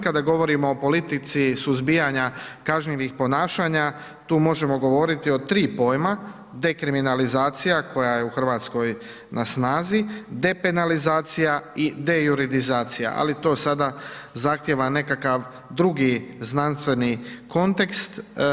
Kada govorimo o politici suzbijanja kažnjivih ponašanja tu možemo govoriti o tri pojma, dekriminalizacija koja je u Hrvatskoj na snazi, depenalizacija i dejuridizacija, ali to sada zahtijeva nekakav drugi znanstveni kontekst.